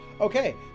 Okay